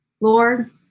Lord